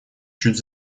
чуть